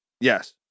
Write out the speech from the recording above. Yes